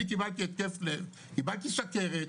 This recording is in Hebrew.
אני קיבלתי התקף לב קיבלתי סכרת,